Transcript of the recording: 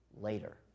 later